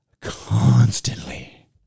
constantly